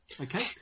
Okay